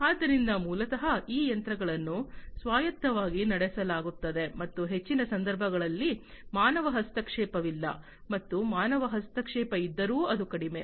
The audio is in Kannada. ಆದ್ದರಿಂದ ಮೂಲತಃ ಈ ಯಂತ್ರಗಳನ್ನು ಸ್ವಾಯತ್ತವಾಗಿ ನಡೆಸಲಾಗುತ್ತದೆ ಮತ್ತು ಹೆಚ್ಚಿನ ಸಂದರ್ಭಗಳಲ್ಲಿ ಮಾನವ ಹಸ್ತಕ್ಷೇಪವಿಲ್ಲ ಮತ್ತು ಮಾನವ ಹಸ್ತಕ್ಷೇಪ ಇದ್ದರೂ ಅದು ಕಡಿಮೆ